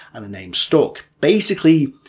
and the name stuck. basically,